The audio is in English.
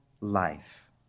life